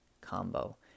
combo